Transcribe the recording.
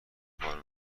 کار